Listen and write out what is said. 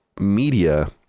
media